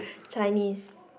Chinese